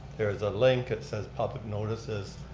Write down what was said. there's a link that says public notices,